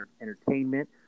entertainment